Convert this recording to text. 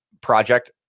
project